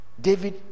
David